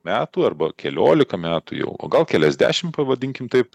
metų arba keliolika metų jau o gal keliasdešim pavadinkim taip